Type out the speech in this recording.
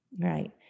right